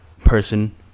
person